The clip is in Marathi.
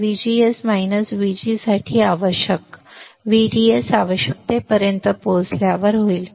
VD सेट VGS VG साठी आवश्यक VDS आवश्यकतेपर्यंत पोहोचल्यावर होईल